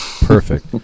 Perfect